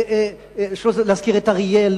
לא אזכיר את אריאל,